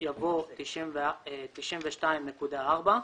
בא "92.4%"